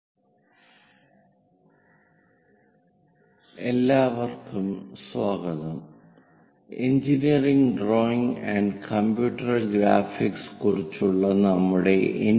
conic sections X എല്ലാവർക്കും സ്വാഗതം engineering drawing and computer graphics കുറിച്ചുള്ള നമ്മുടെ എൻ